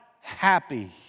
happy